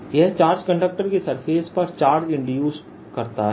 यह charge conductor के surface पर चार्ज इंड्यूस करता है